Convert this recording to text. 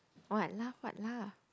what laugh what laugh